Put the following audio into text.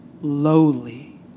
lowly